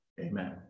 Amen